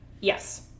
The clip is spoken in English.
Yes